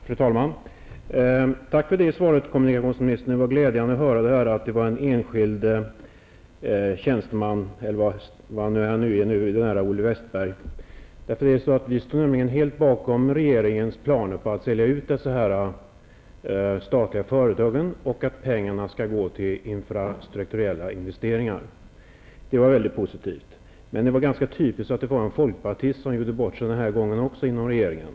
Fru talman! Tack för det svaret, kommunikationsministern. Det var glädjande att höra att det var en enskild tjänsteman, eller vad nu Olle Wästberg är. Vi står nämligen helt bakom regeringens planer på att sälja ut statliga företag och att pengarna skall gå till infrastrukturella investeringar. Det var ett väldigt positivt besked. Men det var ganska typiskt att det var en folkpartist i regeringen som gjorde bort sig även denna gång.